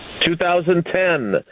2010